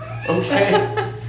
Okay